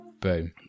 Boom